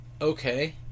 Okay